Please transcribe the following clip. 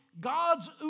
God's